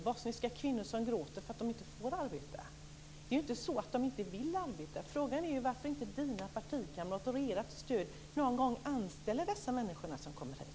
Jag har träffat bosniska kvinnor som gråter därför att de inte får arbeta. Det är ju inte så att de inte vill arbeta. Frågan är varför inte Sten Anderssons partikamrater och deras stöd någon gång anställer de människor som kommer hit.